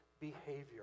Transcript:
behavior